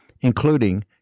including